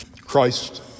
Christ